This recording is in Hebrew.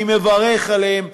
אני מברך עליהם.